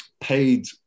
paid